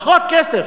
פחות כסף?